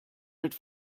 mit